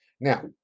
now